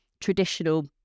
traditional